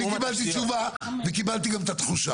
אני קיבלתי תשובה וקיבלתי גם את התחושה.